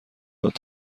داد